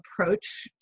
approach